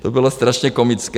To bylo strašně komické.